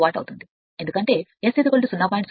కాబట్టి ఎందుకంటే S 0